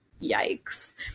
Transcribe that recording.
Yikes